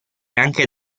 anche